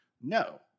No